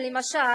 למשל,